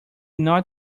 not